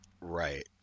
Right